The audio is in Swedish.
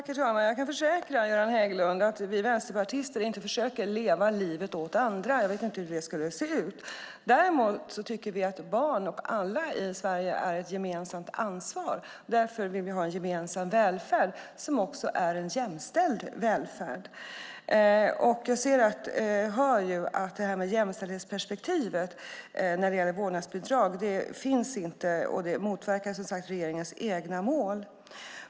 Herr talman! Jag kan försäkra Göran Hägglund att vi vänsterpartister inte försöker leva livet åt andra. Jag vet inte hur det skulle se ut. Däremot tycker vi att barn och alla i Sverige är ett gemensamt ansvar. Därför vill vi ha en gemensam välfärd som också är en jämställd välfärd. Jag hör att jämställdhetsperspektivet när det gäller vårdnadsbidrag inte finns. Och det motverkar som sagt regeringens egna mål.